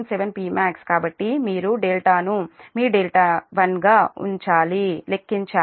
7 Pmax కాబట్టి మీరు δ1 ను మీ δ1 గా లెక్కించాలి